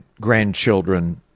grandchildren